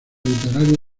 literario